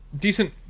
decent